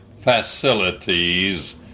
facilities